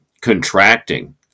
contracting